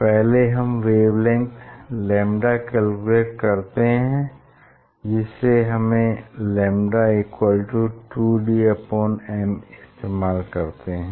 पहले हम wavelength lambda calculate करते हैं जिसमे हमने लैम्डा 2d m इस्तेमाल करते हैं